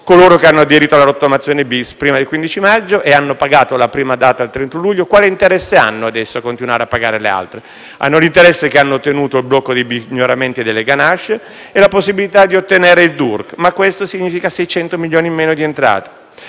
Coloro che hanno aderito alla rottamazione *bis* prima del 15 maggio e hanno pagato la prima rata il 31 luglio quale interesse hanno adesso a continuare a pagare le altre? Hanno l'interesse che hanno ottenuto il blocco dei pignoramenti e delle ganasce e la possibilità di ottenere il DURC; ma questo significa 600 milioni in meno di entrate.